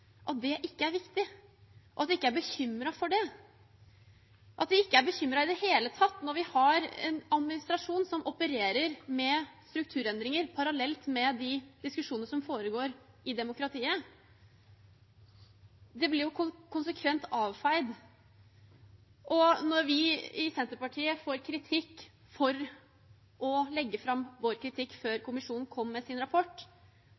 er viktig, og at de ikke er bekymret for det, og at de ikke er bekymret i det hele tatt når vi har en administrasjon som opererer med strukturendringer parallelt med de diskusjonene som foregår i demokratiet. Det blir jo konsekvent avfeid. Når vi i Senterpartiet får kritikk for å ha lagt fram vår kritikk før kommisjonen kom med sin rapport,